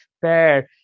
fair